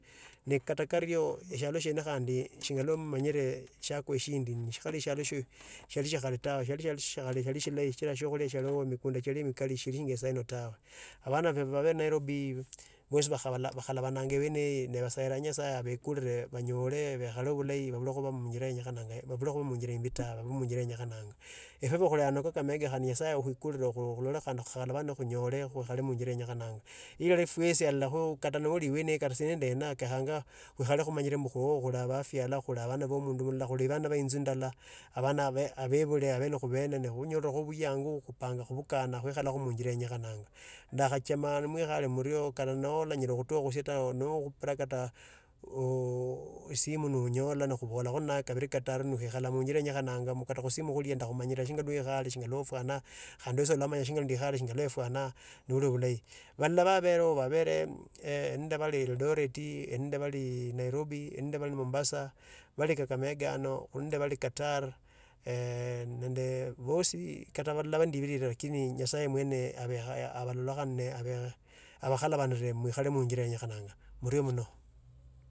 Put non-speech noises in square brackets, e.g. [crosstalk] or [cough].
Ni kata kali kario eshihalo shiene khandi singana bw mumanyire shiakwa shindi. Shikhali eshialo shibali sha khaleta. Shialo shia khale shiali shilahi shikila mikunda chialiho nande siokhulia tawe. Abana beba bali nairobi mwesi wa bakhala bakhalabananga buene iyo. Basairanga nyasaye abaekure banyori baekhare bulahi balakhe uhuba munjira imbi imbi tawe khandi kakamega hani nyasaye akhuikula khandi khuikhara munjira lenyekhano kata nali hena fwesi kenyekhanga khuikhae khumanyire fuesi khula bafyara khuli abandu oo mundu malala bi insu ndala ne khunyola bweyangu khuikhalaho ni khuepanga kubukana munjira nenyekhananga. Ndakhachoma nimwekhare murio kata nolanyara khutokha busie tawe nokhupira kata oooh simu noonyola no khuphola nawe kabili kataru nyala khumanya singana wekhare kata khusimu kholienda khumanyire shindwe ndewhare shinyalofwana khandi [unintelligible] le fwana nolo bhulai. Banda babelero babere eeh nende bali eldoreti, nende baliiii nairobi, ende bali mombasa, bali kakamega ano, kulinde bali katar eeh nende phosi kataphalapa ndaibirire lakini nyasaye mwene abakhonye abhalakaane abe abhekaphakala rinne mwekhale munjire nyakhandana. Murio muno.